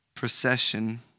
procession